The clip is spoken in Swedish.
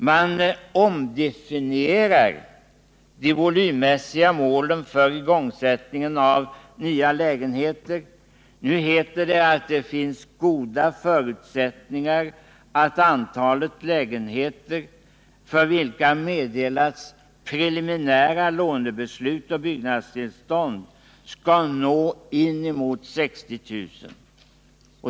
Man ”omdefinierar” de volymmässiga målen för igångsättningen av byggandet av nya lägenheter. Det heter att det finns goda förutsättningar för att antalet lägenheter, för vilka meddelats preliminära lånebeslut och byggnadstillstånd, skall nå inemot 60 000.